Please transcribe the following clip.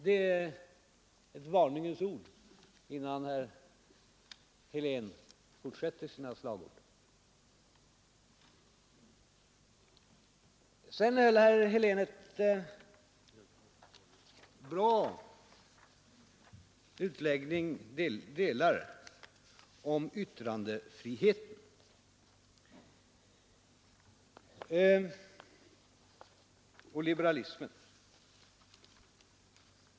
Det är ett varningens ord till herr Helén innan han fortsätter med sina slagord. Herr Helén gjorde en i vissa delar bra utläggning om yttrandefriheten och liberalismen.